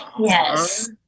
Yes